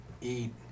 eat